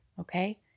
Okay